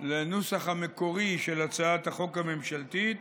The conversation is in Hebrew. לנוסח המקורי של הצעת החוק הממשלתית